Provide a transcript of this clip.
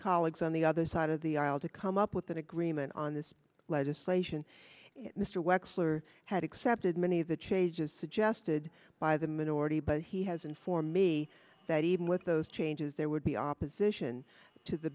colleagues on the other side of the aisle to come up with an agreement on this legislation mr wexler had accepted many of the changes suggested by the minority but he has informed me that even with those changes there would be opposition to the